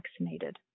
vaccinated